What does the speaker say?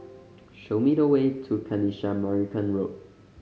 show me the way to Kanisha Marican Road